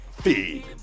Feed